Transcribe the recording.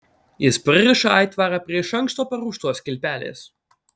jis pririša aitvarą prie iš anksto paruoštos kilpelės